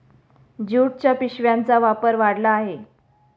ज्यूटच्या पिशव्यांचा वापर वाढला आहे